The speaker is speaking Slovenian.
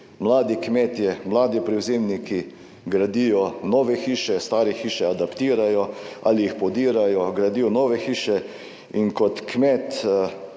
mladi kmetje, mladi prevzemniki gradijo nove hiše, stare hiše adaptirajo ali jih podirajo, gradijo nove hiše in kot kmet,